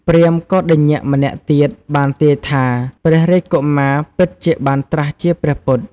ព្រាហ្មណ៍កោណ្ឌញ្ញម្នាក់ទៀតបានទាយថា ព្រះរាជកុមារពិតជាបានត្រាស់ជាព្រះពុទ្ធ។